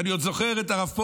אני עוד זוכר את הרב פרוש,